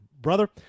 brother